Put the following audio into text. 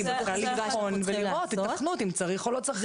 היא מתחילה לבחון ולראות היתכנות אם צריך או לא צריך.